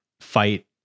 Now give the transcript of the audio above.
fight